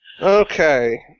Okay